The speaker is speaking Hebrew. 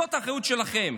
זאת אחריות שלכם.